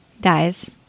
dies